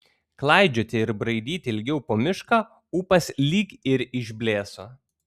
klaidžioti ir braidyti ilgiau po mišką ūpas lyg ir išblėso